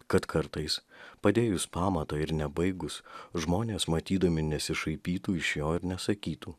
kad kartais padėjus pamatą ir nebaigus žmonės matydami nesišaipytų iš jo ir nesakytų